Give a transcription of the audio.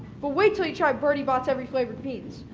well wait till you try bertie bott's every flavor beans.